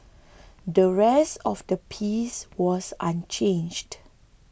the rest of the piece was unchanged